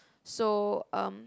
so um